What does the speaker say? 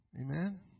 Amen